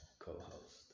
co-host